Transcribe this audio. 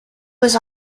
was